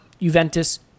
Juventus